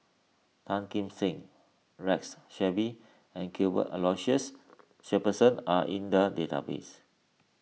Tan Kim Seng Rex Shelley and Cuthbert Aloysius Shepherdson are in the database